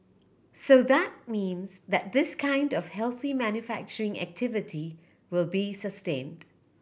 so that means that this kind of healthy manufacturing activity will be sustained